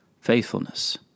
faithfulness